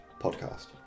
podcast